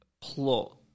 plot